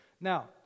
Now